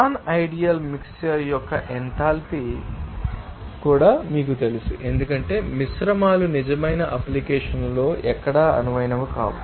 non ideal mixture యొక్క enthalpy కూడా మీకు తెలుసు ఎందుకంటే మిశ్రమాలు నిజమైన అప్లికేషన్ లో ఎక్కడా అనువైనవి కావు